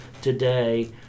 today